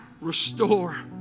restore